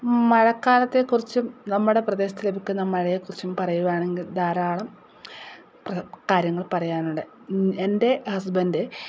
മഴക്കാലത്തെക്കുറിച്ചും നമ്മുടെ പ്രദേശത്ത് ലഭിക്കുന്ന മഴയെക്കുറിച്ചും പറയുകയാണെങ്കിൽ ധാരാളം കാര്യങ്ങൾ പറയാനുണ്ട് എൻ്റെ ഹസ്ബൻഡ്